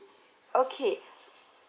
okay